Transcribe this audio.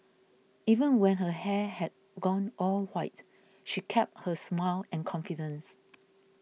even when her hair had gone all white she kept her smile and confidence